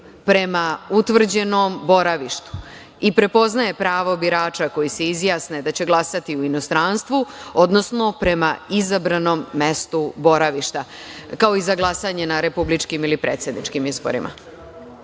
prema utvrđenom boravištu i prepoznaje pravo birača koji se izjasne da će glasati u inostranstvu, odnosno prema izabranom mestu boravišta, kao i za glasanje na republičkim ili predsedničkim izborima. Uz